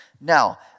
Now